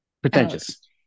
Pretentious